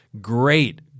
great